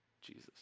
Jesus